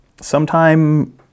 sometime